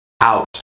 out